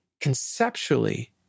conceptually